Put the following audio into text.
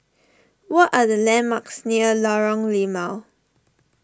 what are the landmarks near Lorong Limau